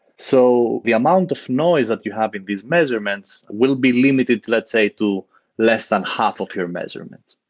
so the amount of noise that you have in these measurements will be limited, let's say, to less than half of your measurements.